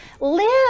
Live